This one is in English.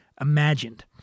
imagined